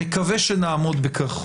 מקווה שנעמוד בכך.